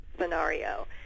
scenario